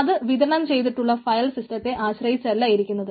അത് വിതരണം ചെയ്തിട്ടുള്ള ഫയൽ സിസ്റ്റത്തെ ആശ്രയിച്ചല്ല ഇരിക്കുന്നത്